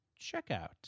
checkout